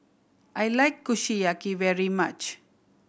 I like Kushiyaki very much